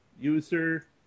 User